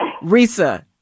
Risa